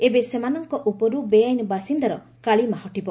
ଏବେ ସେମାନଙ୍କ ଉପରୁ ବେଆଇନ ବାସିନ୍ଦାର କାଳିମା ହଟିବ